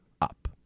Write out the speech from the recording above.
Up